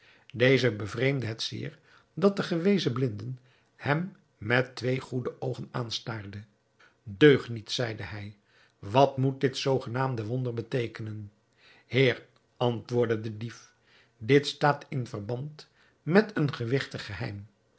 dezen bevreemdde het zeer dat de gewezen blinde hem met twee goede oogen aanstaarde deugniet zeide hij wat moet dit zoogenaamde wonder beteekenen heer antwoordde de dief dit staat in verband met een gewigtig geheim